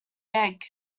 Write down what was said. egg